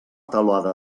teulada